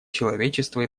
человечества